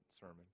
sermon